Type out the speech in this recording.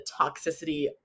toxicity